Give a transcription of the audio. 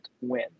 win